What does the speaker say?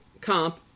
comp